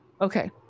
Okay